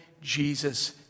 Jesus